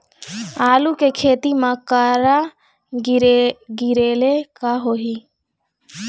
आलू के खेती म करा गिरेले का होही?